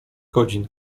godzin